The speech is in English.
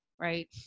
right